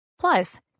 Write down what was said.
Plus